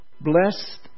Blessed